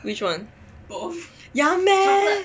which one ya meh